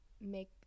make